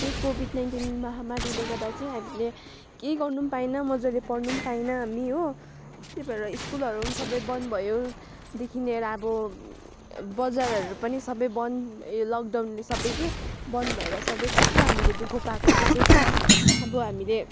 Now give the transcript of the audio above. यो covid nineteen महामारीले गर्दा चाहिँ हामीले केही गर्नु पनि पाएन मजाले पढ्नु पनि पाइएन हामी हो त्यही भएर स्कुलहरू पनि सबै बन्द भयो देखि लिएर अब बजारहरू पनि सबै बन्द ए लकडाउनले सबै कि बन्द भएर सबै कस्तो हामीले दु ख पाएको छौँ त्यसमा अब हामीले